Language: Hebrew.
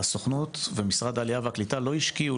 הסוכנות ומשרד העלייה והקליטה לא השקיעו